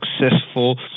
successful